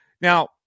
Now